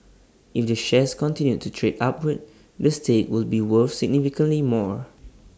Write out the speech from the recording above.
if the shares continue to trade upward the stake will be worth significantly more